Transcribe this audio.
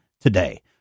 today